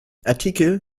artikel